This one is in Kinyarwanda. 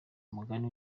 umugani